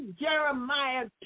Jeremiah